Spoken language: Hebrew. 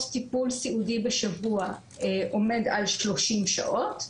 טיפול סיעודי בשבוע עומד על 30 שעות,